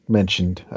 mentioned